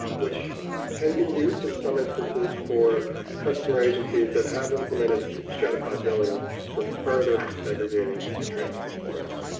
um which can be used in some instances for customer agencies that have implemented stratified billing for further segregating transfer forms.